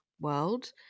world